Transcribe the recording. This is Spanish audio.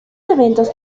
eventos